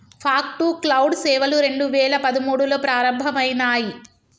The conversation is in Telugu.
ఫాగ్ టు క్లౌడ్ సేవలు రెండు వేల పదమూడులో ప్రారంభమయినాయి